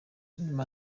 nyuma